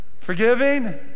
forgiving